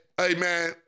amen